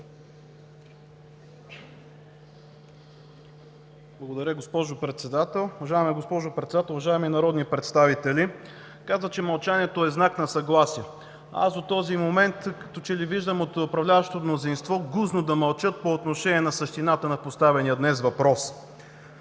Благодаря, госпожо Председател. Уважаема госпожо Председател, уважаеми народни представители! Казват, че мълчанието е знак на съгласие. Аз до този момент като че ли виждам от управляващото мнозинство гузно да мълчат по отношение на същината на поставения днес въпрос.